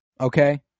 okay